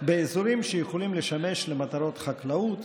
באזורים שיכולים לשמש למטרות חקלאות,